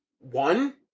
one